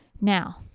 Now